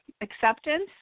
acceptance